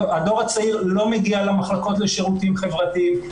הדור הצעיר לא מגיע למחלקות לשירותים החברתיים,